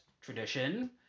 tradition